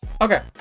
Okay